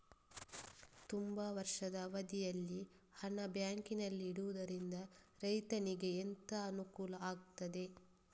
ತುಂಬಾ ವರ್ಷದ ಅವಧಿಯಲ್ಲಿ ಹಣ ಬ್ಯಾಂಕಿನಲ್ಲಿ ಇಡುವುದರಿಂದ ರೈತನಿಗೆ ಎಂತ ಅನುಕೂಲ ಆಗ್ತದೆ?